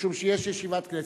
משום שיש ישיבת כנסת.